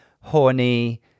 horny